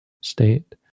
state